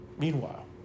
meanwhile